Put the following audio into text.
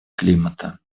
климата